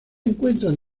encuentran